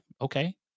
okay